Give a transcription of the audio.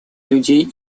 людей